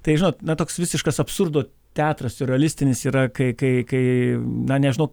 tai žinot na toks visiškas absurdo teatras siurrealistinis yra kai kai kai na nežinau